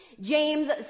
James